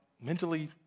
mentally